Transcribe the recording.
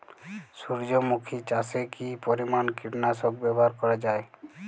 সূর্যমুখি চাষে কি পরিমান কীটনাশক ব্যবহার করা যায়?